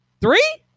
Three